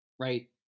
right